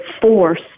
force